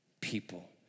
people